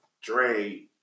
Dre